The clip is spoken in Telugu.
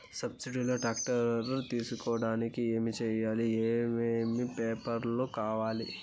సబ్సిడి లో టాక్టర్ తీసుకొనేకి ఏమి చేయాలి? ఏమేమి పేపర్లు కావాలి?